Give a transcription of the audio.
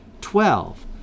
Twelve